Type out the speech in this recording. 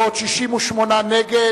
בעוד 68 נגד,